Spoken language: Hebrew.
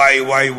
וואי,